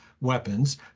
weapons